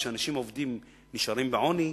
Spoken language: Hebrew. כשאנשים עובדים ונשארים בעוני,